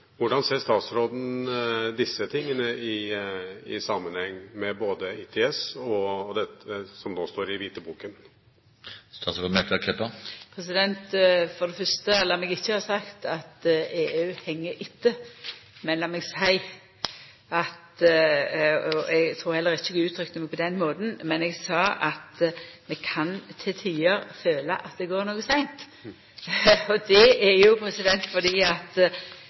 det fyrste, lat meg ikkje ha sagt at EU heng etter, og eg trur heller ikkje eg uttrykte meg på den måten. Men eg sa at vi kan til tider føla at det går noko seint. Det er fordi det er 27 land, og fleire i tillegg, som skal snakka saman og utvikla felles standardar, fordi